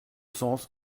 sens